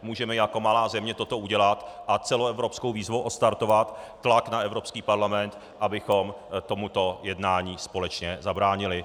Můžeme jako malá země toto udělat a celoevropskou výzvou odstartovat tlak na Evropský parlament, abychom tomuto jednání společně zabránili.